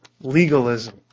legalism